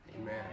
Amen